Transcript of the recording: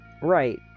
Right